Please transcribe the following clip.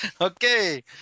Okay